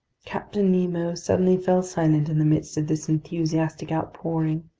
captain nemo suddenly fell silent in the midst of this enthusiastic outpouring.